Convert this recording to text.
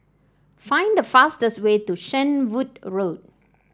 find the fastest way to Shenvood Road